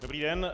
Dobrý den.